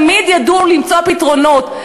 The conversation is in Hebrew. תמיד ידעו למצוא פתרונות.